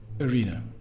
arena